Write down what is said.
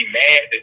mad